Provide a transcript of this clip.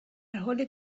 حال